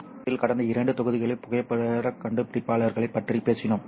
முந்தைய தொகுதியில் கடந்த இரண்டு தொகுதிகளில் புகைப்படக் கண்டுபிடிப்பாளர்களைப் பற்றி பேசினோம்